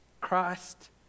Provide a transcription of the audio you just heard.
Christ